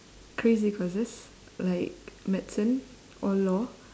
crazy courses like medicine or law